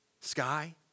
sky